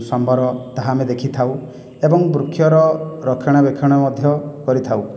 ସମ୍ବର ତାହା ଆମେ ଦେଖିଥାଉ ଏବଂ ବୃକ୍ଷର ରକ୍ଷଣା ବେକ୍ଷଣ ମଧ୍ୟ କରିଥାଉ